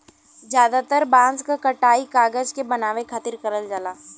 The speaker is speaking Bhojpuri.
जादातर बांस क कटाई कागज के बनावे खातिर करल जाला